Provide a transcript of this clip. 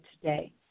today